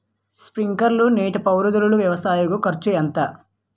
Sprinkler నీటిపారుదల వ్వవస్థ కు ఖర్చు ఎంత?